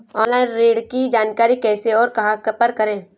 Online ऋण की जानकारी कैसे और कहां पर करें?